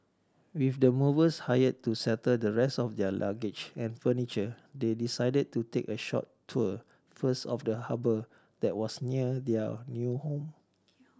with the movers hired to settle the rest of their luggage and furniture they decided to take a short tour first of the harbour that was near their new home